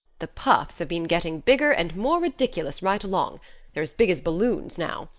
the puffs have been getting bigger and more ridiculous right along they're as big as balloons now.